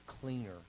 cleaner